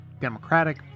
Democratic